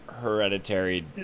hereditary